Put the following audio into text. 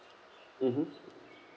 mmhmm